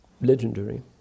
legendary